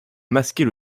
masquer